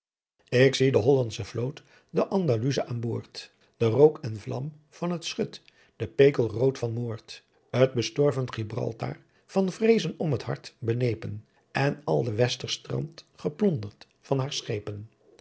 ik zie d'hollantsche vloot den andaluz aan boordt de rook en vlam van t schut de pekel rood van moordt t bestorven gibraltar van vreez om t hart beneepen en al de westerstrandt geplondert van haar schepen